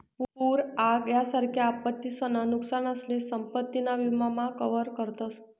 पूर आग यासारख्या आपत्तीसन नुकसानसले संपत्ती ना विमा मा कवर करतस